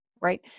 right